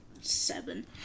Seven